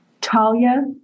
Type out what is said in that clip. Talia